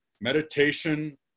meditation